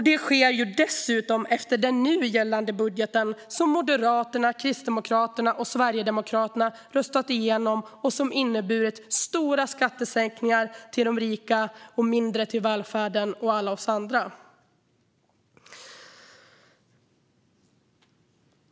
Detta sker dessutom efter den nu gällande budgeten som Moderaterna, Kristdemokraterna och Sverigedemokraterna röstat igenom och som inneburit stora skattesänkningar för de rika och mindre till välfärden och alla oss andra.